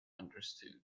understood